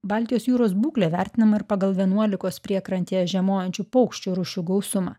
baltijos jūros būklė vertinama ir pagal vienuolikos priekrantėje žiemojančių paukščių rūšių gausumą